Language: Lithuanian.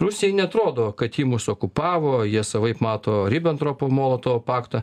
rusijai neatrodo kad ji mus okupavo jie savaip mato ribentropo molotovo paktą